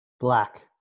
Black